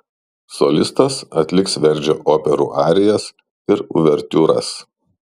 solistas atliks verdžio operų arijas ir uvertiūras